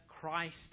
Christ